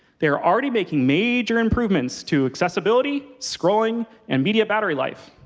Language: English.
they're already making major improvements to accessibility, scrolling, and media battery life.